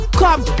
come